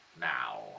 Now